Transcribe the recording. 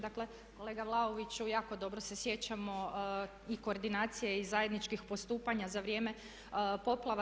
Dakle, kolega Vlaoviću jako dobro se sjećamo i koordinacije i zajedničkih postupanja za vrijeme poplava.